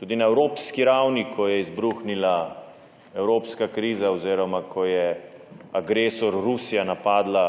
Tudi na evropski ravni, ko je izbruhnila evropska kriza oziroma ko je agresor Rusija napadla